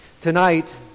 Tonight